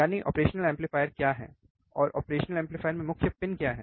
यानी operational amplifier क्या हैं और ऑपरेशनल एम्पलीफायर में मुख्य पिन क्या हैं